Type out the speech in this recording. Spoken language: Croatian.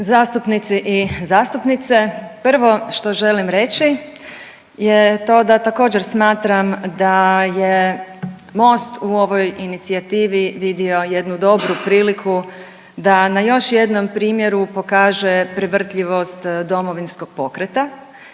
Zastupnici i zastupnice, prvo što želim reći je to da također, smatram da je Most u ovoj inicijativi vidio jednu dobru priliku da na još jednom primjeru pokaže prevrtljivost Domovinskog pokreta